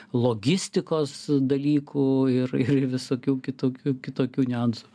logistikos dalykų ir ir visokių kitokių kitokių niuansų